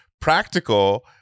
practical